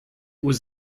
was